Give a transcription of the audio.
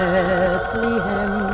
Bethlehem